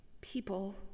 people